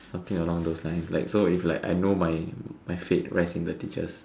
something along those lines like so it's like I know my fate lies in the teachers